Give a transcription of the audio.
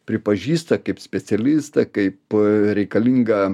pripažįsta kaip specialistą kaip reikalingą